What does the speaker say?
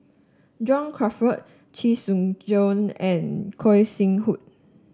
John Crawfurd Chee Soon Juan and Gog Sing Hooi